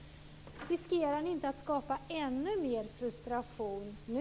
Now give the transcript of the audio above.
Riskerar ni inte att skapa ännu mer frustration nu?